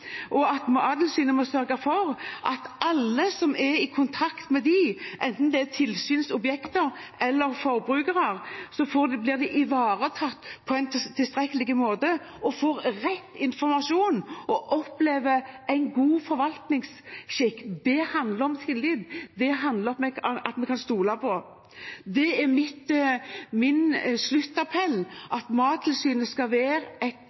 må sørge for at alle som er i kontakt med dem, enten det er tilsynsobjekter eller forbrukere, blir ivaretatt på en tilstrekkelig måte, får rett informasjon og opplever en god forvaltningsskikk. Det handler om tillit, det handler om at vi kan stole på dem. Min sluttappell er at Mattilsynet skal være